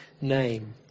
name